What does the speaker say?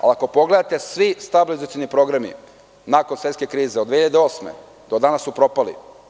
Ali, ako pogledate, svi stabilizacioni programi nakon svetske krize, od 2008. godine do danas su propali.